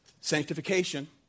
sanctification